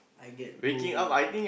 I get to